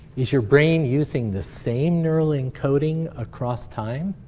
is your brain using the same neural encoding across time?